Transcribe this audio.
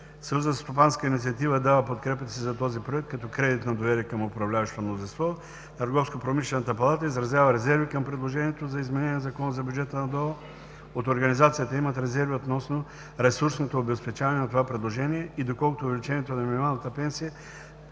за стопанска инициатива дава подкрепата си за този проект като кредит на доверие към управляващото мнозинство. Българската търговско-промишлената палата изразява резерви към предложението за изменение на Закона за бюджета на ДОО. От организацията имат резерви относно ресурсното обезпечаване на това предложение и доколко увеличението на минималната пенсия